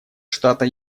штата